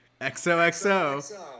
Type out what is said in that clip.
XOXO